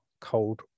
cold